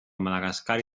madagascar